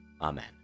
Amen